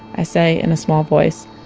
i say in a small voice.